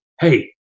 Hey